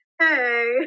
hey